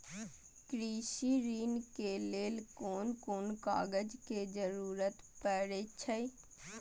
कृषि ऋण के लेल कोन कोन कागज के जरुरत परे छै?